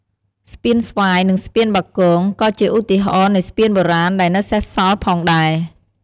ស្ពានស្វាយ និង ស្ពានបាគង ក៏ជាឧទាហរណ៍នៃស្ពានបុរាណដែលនៅសេសសល់ផងដែរ។